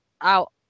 out